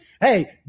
Hey